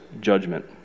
judgment